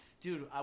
dude